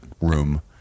room